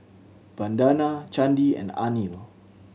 Vandana Chandi and Anil